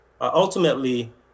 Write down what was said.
ultimately